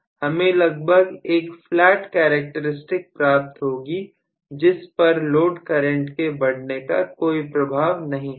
हमें लगभग 1 flat characteristics प्राप्त होगी जिस पर लोड करंट के बढ़ने का कोई प्रभाव नहीं होगा